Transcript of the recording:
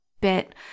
bit